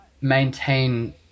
maintain